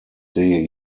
sehe